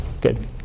Good